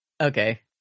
Okay